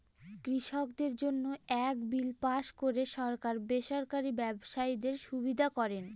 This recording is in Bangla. কৃষকদের জন্য এক বিল পাস করে সরকার বেসরকারি ব্যবসায়ীদের সুবিধা করেন